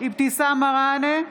אבתיסאם מראענה,